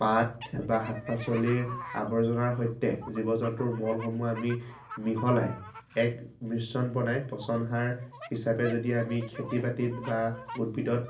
পাত বা শাক পাচলিৰ আৱৰ্জনাৰ সৈতে জীৱ জন্তুৰ মনসমূহ আমি মিহলাই এক মিশ্ৰণ বনাই পচন সাৰ হিচাপে যদি আমি খেতি বাতিত বা উদ্ভিদত